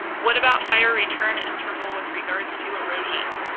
what about fire return interval with regards to erosion?